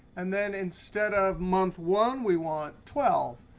and then instead of month one, we want twelve.